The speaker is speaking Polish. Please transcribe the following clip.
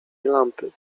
lampy